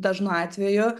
dažnu atveju